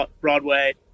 Broadway